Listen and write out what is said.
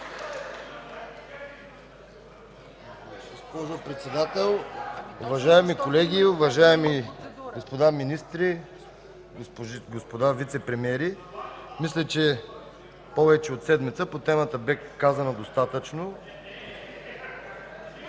господа министри, господа вицепремиери! Мисля, че повече от седмица по темата беше казано достатъчно.